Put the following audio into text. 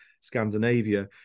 Scandinavia